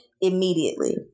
immediately